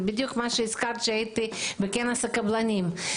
זה בדיוק מה שהזכרת כשהייתי בכנס הקבלנים.